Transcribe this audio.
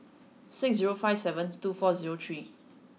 six zero five seven two four zero three